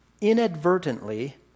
inadvertently